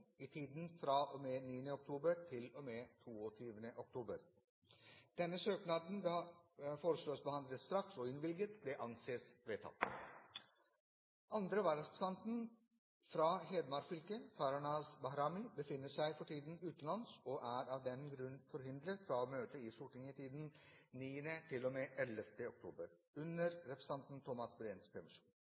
i tiden fra og med 9. oktober til og med 22. oktober. Denne søknaden foreslås behandlet straks og innvilges. – Det anses vedtatt. Andre vararepresentant for Hedmark fylke, Farahnaz Bahrami, befinner seg for tiden utenlands og er av den grunn forhindret fra å møte i Stortinget i tiden 9.–11. oktober, under representanten Thomas Breens permisjon.